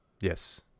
Yes